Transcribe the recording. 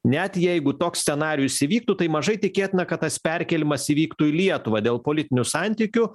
net jeigu toks scenarijus įvyktų tai mažai tikėtina kad tas perkėlimas įvyktų į lietuvą dėl politinių santykių